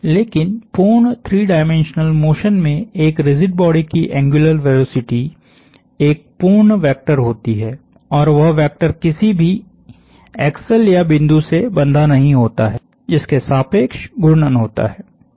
लेकिन पूर्ण 3 dimensional motion में एक रिजिड बॉडी की एंग्युलर वेलोसिटी एक पूर्ण वेक्टर होती है और वह वेक्टर किसी भी एक्सल या बिंदु से बंधा नहीं होता है जिसके सापेक्ष घूर्णन होता है